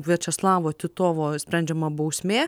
viačeslavo titovo sprendžiama bausmė